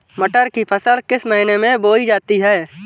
मटर की फसल किस महीने में बोई जाती है?